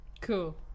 Cool